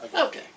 Okay